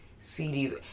CDs